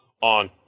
on